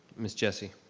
miss jessie.